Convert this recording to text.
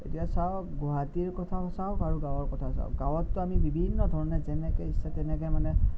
এতিয়া চাওক গুৱাহাটীৰ কথা চাওক আৰু গাঁৱৰ কথা চাওক গাঁৱতটো আমি বিভিন্ন ধৰণে যেনেকৈ ইচ্ছা তেনেকৈ মানে